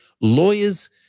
Lawyers